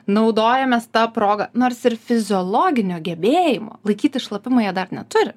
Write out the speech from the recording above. naudojamės ta proga nors ir fiziologinio gebėjimo laikyti šlapimą jie dar neturi